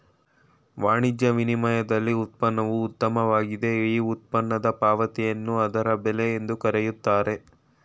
ವಾಣಿಜ್ಯ ವಿನಿಮಯದಲ್ಲಿ ಉತ್ಪನ್ನವು ಉತ್ತಮವಾಗಿದ್ದ್ರೆ ಈ ಉತ್ಪನ್ನದ ಪಾವತಿಯನ್ನು ಅದರ ಬೆಲೆ ಎಂದು ಕರೆಯುತ್ತಾರೆ